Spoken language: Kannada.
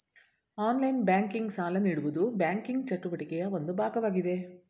ಆನ್ಲೈನ್ ಬ್ಯಾಂಕಿಂಗ್, ಸಾಲ ನೀಡುವುದು ಬ್ಯಾಂಕಿಂಗ್ ಚಟುವಟಿಕೆಯ ಒಂದು ಭಾಗವಾಗಿದೆ